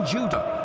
Judah